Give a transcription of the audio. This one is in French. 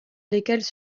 lesquels